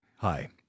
Hi